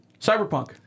Cyberpunk